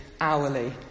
hourly